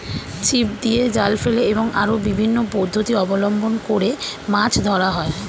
ছিপ দিয়ে, জাল ফেলে এবং আরো বিভিন্ন পদ্ধতি অবলম্বন করে মাছ ধরা হয়